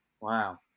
Wow